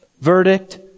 verdict